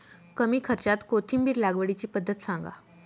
कमी खर्च्यात कोथिंबिर लागवडीची पद्धत सांगा